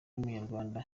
w’umunyarwanda